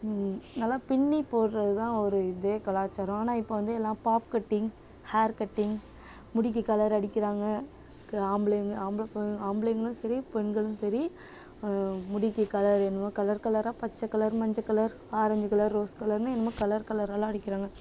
நல்லா பின்னி போட்டுறதுதான் ஒரு இதே கலாச்சாரம் ஆனால் இப்போது வந்து எல்லாம் பாப் கட்டிங் ஹேர் கட்டிங் முடிக்கு கலர் அடிக்கிறாங்க ஆம்பளைங்க ஆம்பளை ஆம்பளைங்களும் சரி பெண்களும் சரி முடிக்கு கலர் என்னமோ கலர் கலராக பச்சை கலர் மஞ்சள் கலர் ஆரஞ்சு கலர் ரோஸ் கலர்னு என்னமோ கலர் கலராகலாம் அடிக்கிறாங்க